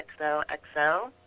XOXO